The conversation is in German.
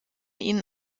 ihnen